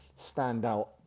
standout